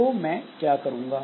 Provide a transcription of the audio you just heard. तो मैं क्या करूंगा